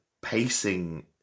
pacing